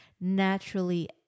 naturally